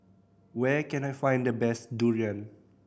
where can I find the best durian